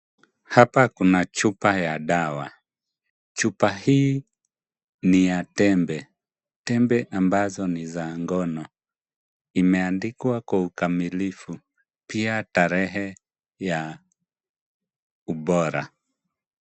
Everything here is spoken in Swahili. Hapa kuna chupa ya dawa. Chupa hii ni ya tembe, tembe ambazo ni za ngono. Imeandikwa kwa ukamilifu, pia tarehe ya ubora.